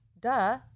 Duh